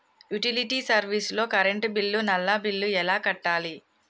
Utility service లో current bill, నల్లా bill ఎలా కట్టాలి?